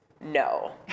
no